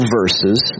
verses